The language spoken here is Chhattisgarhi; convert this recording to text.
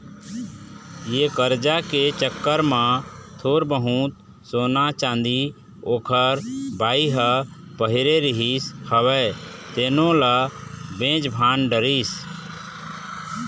ये करजा के चक्कर म थोर बहुत सोना, चाँदी ओखर बाई ह पहिरे रिहिस हवय तेनो ल बेच भांज डरिस